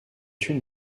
une